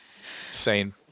Sane